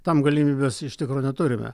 tam galimybės iš tikro neturime